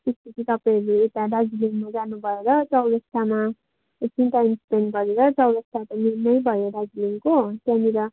त्यस पछि तपाईँहरू यता दार्जिलिङमा जानु भएर चौरस्तामा एकछिन टाइम स्पेन्ड गरेर चौरस्ता त मेन भयो दार्जिलिङको त्यहाँनेर